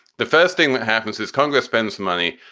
the first thing that happens is congress spends money.